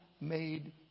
made